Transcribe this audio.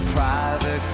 Private